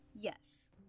Yes